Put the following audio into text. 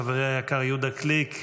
חברי היקר יהודה גליק,